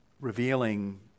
revealing